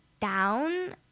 down